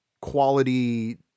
quality